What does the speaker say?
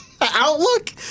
Outlook